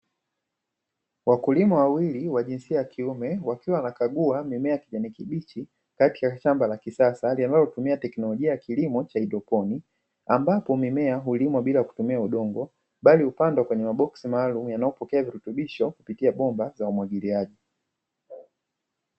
Wakulima wawili wa jinsia ya kiume wakiwa wanakagua mimea kigeni kibichi kati ya shamba la kisasa linalotumia teknolojia ya kilimo cha haidroponi, ambapo mimea hulimwa bila kutumia udongo, bali hupandwa kwenye maboksi maalumu yanayopokea virutubisho kupitia bomba la umwagiliaji.